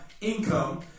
income